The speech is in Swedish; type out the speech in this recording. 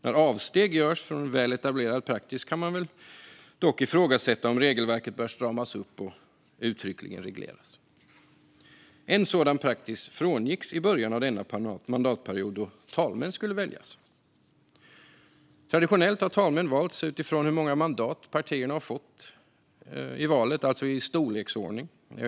När avsteg görs från väl etablerad praxis kan man dock ifrågasätta om regelverket bör stramas upp och uttryckligen regleras. En sådan praxis frångicks i början av denna mandatperiod då talmän skulle väljas. Traditionellt har talmän valts utifrån hur många mandat partierna fått i valet, alltså i storleksordning.